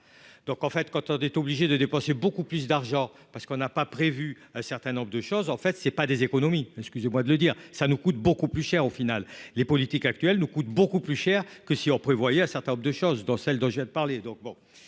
donc en fait quand on est obligé de dépenser beaucoup plus d'argent, parce qu'on n'a pas prévu un certain nombre de choses, en fait, c'est pas des économies, excusez-moi de le dire : ça nous coûte beaucoup plus cher au final, les politiques actuelles nous coûte beaucoup plus cher que si on prévoyait un certain nombre de choses dont celles dont j'ai parlé,